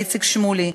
איציק שמואלי,